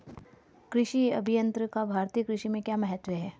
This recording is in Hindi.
कृषि अभियंत्रण का भारतीय कृषि में क्या महत्व है?